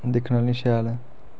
दिक्खने आह्ली शैल न